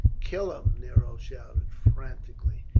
kill him! nero shouted frantically.